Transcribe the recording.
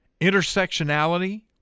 intersectionality